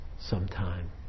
sometime